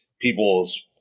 people's